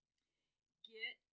Get